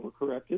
overcorrected